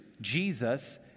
Jesus